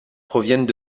proviennent